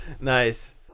Nice